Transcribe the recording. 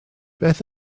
beth